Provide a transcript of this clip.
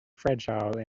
fragile